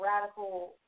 radical